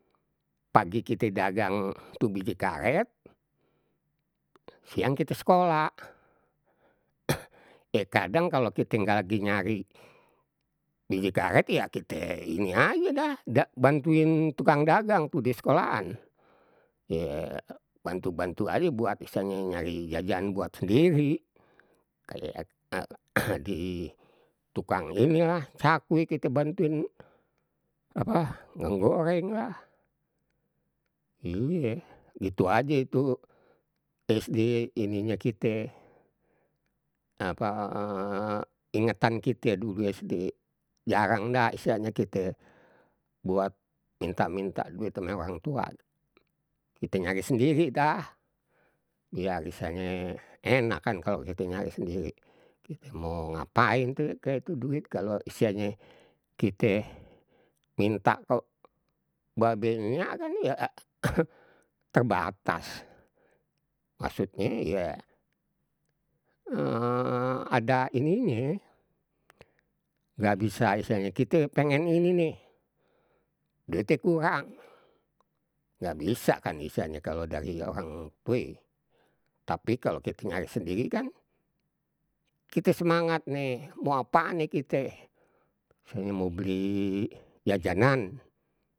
Pagi kite dagang tuh biji karet, siang kita sekolah. ye kadang kalau kite nggak lagi nyari biji karet, ya kite ini aja dah, dak bantuin tukang dagang tuh di sekolahan. Ye bantu- bantu aje buat misalnya nyari jajan buat sendiri. Kayak di tukang ini lah, cakwe kite bantuin apa ngegoreng lah. Iye gitu aja itu SD ininye kite, apa ingetan kita dulu sd. Jarang dah istilahnya kite buat minta- minta duit ame orang tua. Kite nyari sendiri dah, biar istilahnye enak kan kalau kite nyari sendiri. Kite mau ngapain tuh kek itu duit, kalau istilahnye kita minta kok babe nyak kan ya terbatas. Maksudnye ye ada ini nye, nggak bisa istilahnye kita pengen ini nih, duitnye kurang. Nggak bisa kan istilahnye kalau dari orang tue, tapi kalau kite nyari sendiri kan, kite semangat nih, mau apa nih kite. Saya mau beli jajanan.